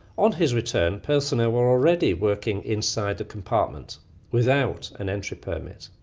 on his return, personnel were already working inside the compartment without an entry permit.